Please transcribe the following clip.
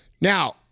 Now